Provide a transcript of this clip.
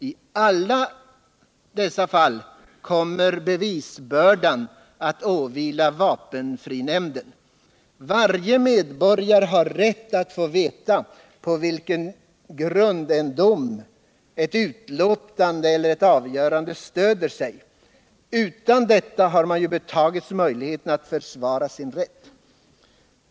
I alla dessa fall kommer bevisbördan att åvila vapenfrinämnden. Varje medborgare har rätt att få veta på vilken grund en dom, ett utlåtande eller ett avgörande stöder sig. Utan detta har man ju betagits möjligheten att försvara sin rätt.